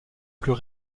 plus